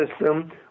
system